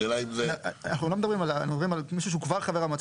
השאלה אם זה אנחנו מדברים על מישהו שהוא כבר חבר המועצה